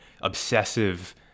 obsessive